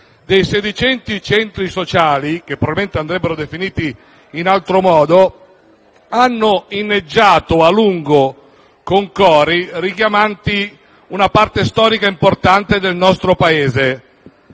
dei sedicenti centri sociali - che probabilmente andrebbero definiti in altro modo - hanno inneggiato a lungo con cori richiamanti una parte storica importante del nostro Paese.